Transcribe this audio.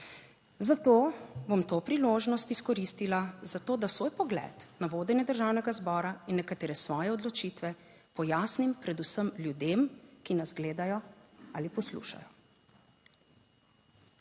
zato bom to priložnost izkoristila za to, da svoj pogled na vodenje Državnega zbora in nekatere svoje odločitve pojasnim predvsem ljudem, ki nas gledajo ali poslušajo.